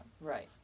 Right